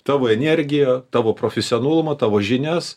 tavo energiją tavo profesionalumą tavo žinias